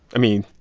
i mean,